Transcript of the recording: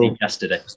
yesterday